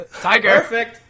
Tiger